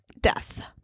death